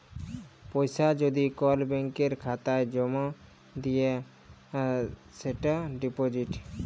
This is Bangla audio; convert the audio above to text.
পয়সা যদি কল ব্যাংকের খাতায় জ্যমা দেয় সেটা ডিপজিট